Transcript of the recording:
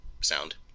sound